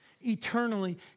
Eternally